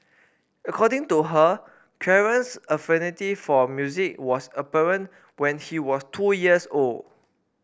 according to her Clarence's affinity for music was apparent when he was two years old